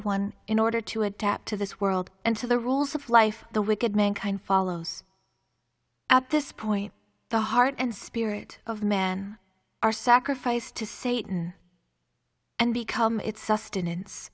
one in order to adapt to this world and to the rules of life the wicked mankind follows at this point the heart and spirit of man are sacrificed to satan and become its sustenance